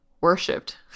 worshipped